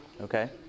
okay